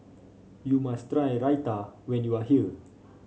you must try Raita when you are here